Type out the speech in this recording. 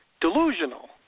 Delusional